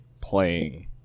playing